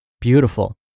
beautiful